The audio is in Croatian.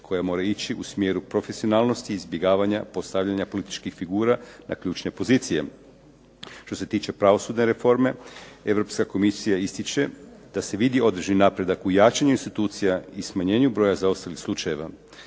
koja mora ići u smjeru profesionalnosti i izbjegavanja postavljanja političkih figura na ključne pozicije. Što se tiče pravosudne reforme, Europska komisija ističe da se vidi određen napredak u jačanju institucija i smanjenju broja zaostalih slučajeva.